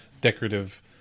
decorative